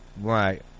Right